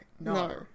No